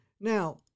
Now